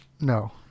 No